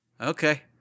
Okay